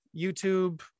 youtube